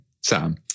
sam